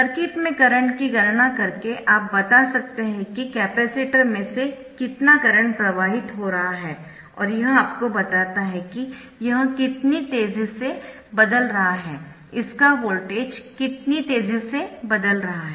circuit में current की गणना करके आप बता सकते है कि कैपेसिटर में से कितना करंट प्रवाहित हो रहा है और यह आपको बताता है कि यह कितनी तेजी से बदल रहा है इसका वोल्टेज कितनी तेजी से बदल रहा है